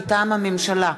מטעם הממשלה,